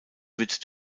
wird